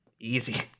Easy